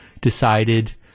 decided